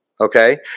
okay